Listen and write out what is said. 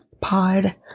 pod